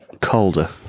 Colder